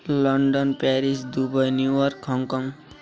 London Paris Dubai New York Hong Kong